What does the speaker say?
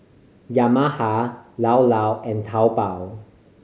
Yamaha Llao Llao and Taobao